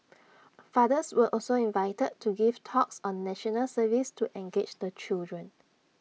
fathers were also invited to give talks on National Service to engage the children